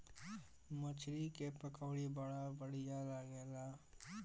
मछरी के पकौड़ी बड़ा बढ़िया लागेला